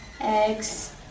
Eggs